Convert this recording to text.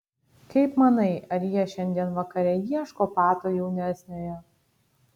kaip manai ar jie šiandien vakare ieško pato jaunesniojo